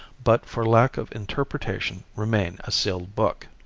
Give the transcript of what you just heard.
but for lack of interpretation remain a sealed book.